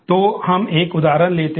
तो हम एक उदाहरण लेते हैं